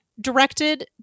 directed